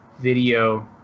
video